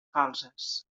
falses